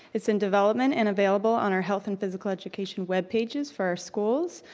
it's in development and available on our health and physical education webpages for our schools.